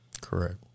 Correct